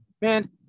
man